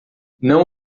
não